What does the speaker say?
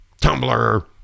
Tumblr